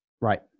Right